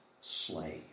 Slave